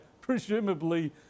presumably